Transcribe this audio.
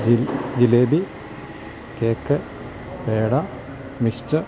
jalebi cake peda mixture